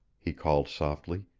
he called softly.